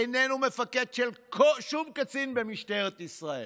איננו מפקד של שום קצין במשטרת ישראל.